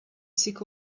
sick